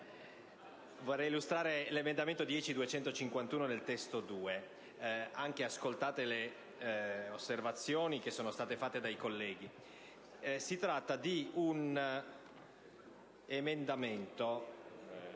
vorrei illustrare l'emendamento 10.251 (testo 2), anche ascoltate le osservazioni fatte dai colleghi. Si tratta di un emendamento